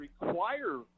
require